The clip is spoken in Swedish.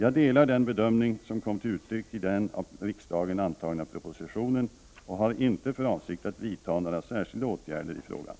Jag delar den bedömning som kom till uttryck i den av riksdagen antagna propositionen och har inte för avsikt att vidta några särskilda åtgärder i frågan.